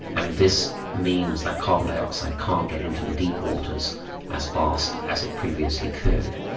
and this means that carbon dioxide can't get into the deep waters as fast as it previously could,